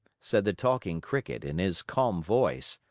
said the talking cricket in his calm voice,